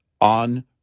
on